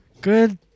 Good